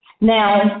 Now